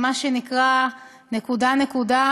מה שנקרא נקודה-נקודה,